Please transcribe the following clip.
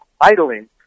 idling